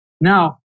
Now